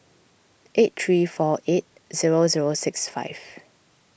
eight three four eight zero zero six five